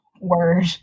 Word